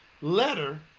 letter